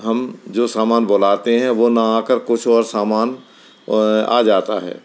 हम जो सामान बुलाते हैं वो ना आ कर कुछ और सामान आ जाता है